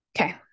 Okay